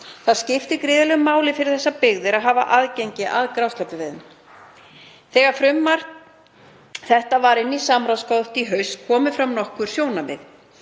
Það skiptir gríðarlegu máli fyrir þessar byggðir að hafa aðgengi að grásleppuveiðum. Þegar frumvarp þetta var í samráðsgátt í haust komu fram nokkur sjónarmið.